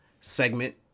segment